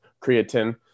creatine